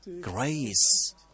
grace